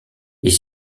est